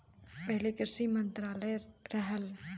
पहिले कृषि मंत्रालय रहल